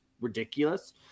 ridiculous